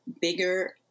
bigger